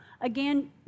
again